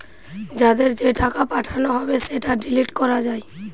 যাদের যে টাকা পাঠানো হবে সেটা ডিলিট করা যায়